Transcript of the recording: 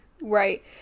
right